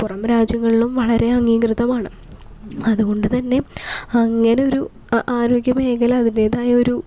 പുറമേ രാജ്യങ്ങളിലും വളരെ അഗീകൃതമാണ് അതുകൊണ്ടു തന്നെ അങ്ങനെ ഒരു ആരോഗ്യമേഖല അതിൻ്റെതായൊരു